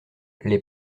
les